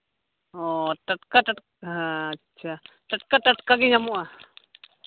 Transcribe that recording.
ᱚ ᱴᱟᱴᱠᱟ ᱴᱟᱠᱴᱟ ᱟᱪᱪᱷᱟ ᱴᱟᱴᱠᱟ ᱴᱟᱴᱠᱟ ᱜᱮ ᱧᱟᱢᱚᱜᱼᱟ